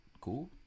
cool